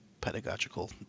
pedagogical